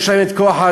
יש להן כוח-האדם